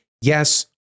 yes